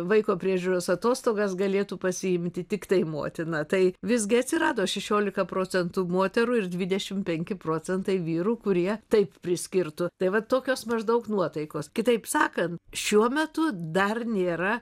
vaiko priežiūros atostogas galėtų pasiimti tiktai motina tai visgi atsirado šešiolika procentų moterų ir dvidešim penki procentai vyrų kurie taip priskirtų tai va tokios maždaug nuotaikos kitaip sakant šiuo metu dar nėra